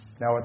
Now